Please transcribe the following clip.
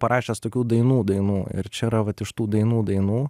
parašęs tokių dainų dainų ir čia yra vat iš tų dainų dainų